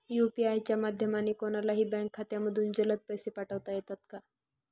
UPI च्या माध्यमाने कोणलाही बँक खात्यामधून जलद पैसे पाठवता येतात का?